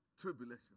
tribulation